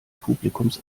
publikums